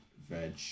veg